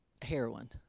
Heroin